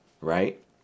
right